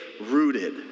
rooted